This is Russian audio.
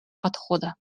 подхода